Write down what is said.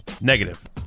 Negative